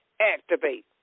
activate